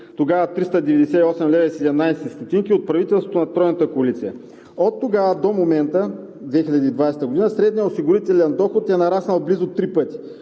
тогава 398,17 лв. от правителството на Тройната коалиция. Оттогава до момента – 2020 г. средният осигурителен доход е нараснал близо три пъти.